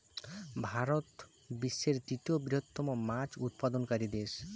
ভারত বিশ্বের তৃতীয় বৃহত্তম মাছ উৎপাদনকারী দেশ